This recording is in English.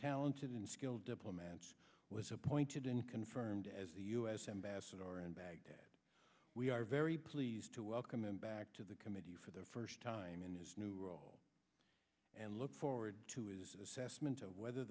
talented and skilled diplomats was appointed and confirmed as the u s ambassador in baghdad we are very pleased to welcome him back to the committee for the first time in his new role and look forward to his assessment of whether